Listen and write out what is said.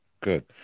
good